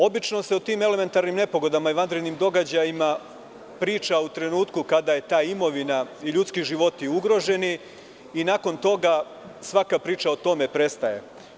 Obično se u tim elementarnim nepogodama i vanrednim događajima priča u trenutku kada je ta imovina i ljudski životi ugroženi i nakon toga svaka priča o tome prestaje.